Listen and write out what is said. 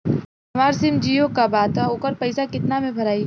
हमार सिम जीओ का बा त ओकर पैसा कितना मे भराई?